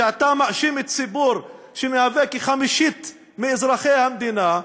שאתה מאשים ציבור שמהווה כחמישית מאזרחי המדינה,